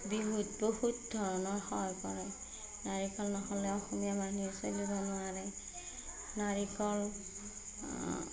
বিহুত বহুত ধৰণৰ সহায় কৰে নাৰিকল নহ'লে অসমীয়া মানুহে চলিব নোৱাৰে নাৰিকল